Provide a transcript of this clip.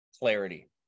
clarity